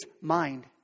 mind